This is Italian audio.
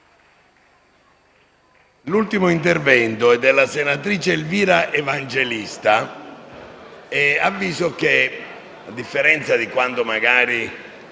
Grazie!